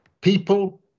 People